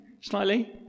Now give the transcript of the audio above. Slightly